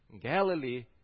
Galilee